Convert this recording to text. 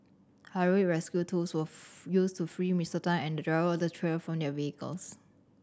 rescue tools were used to free Mister Tan and the driver of the trailer from their vehicles